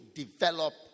develop